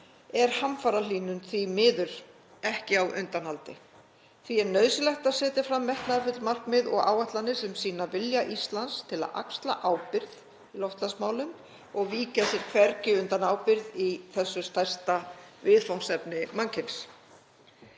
er hamfarahlýnun því miður ekki á undanhaldi. Því er nauðsynlegt að setja fram metnaðarfull markmið og áætlanir sem sýna vilja Íslands til að axla ábyrgð í loftslagsmálum og víkja sér hvergi undan ábyrgð í þessu stærsta viðfangsefni mannkyns.